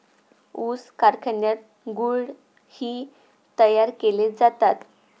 ऊस कारखान्यात गुळ ही तयार केले जातात